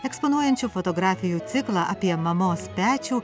eksponuojančių fotografijų ciklą apie mamos pečių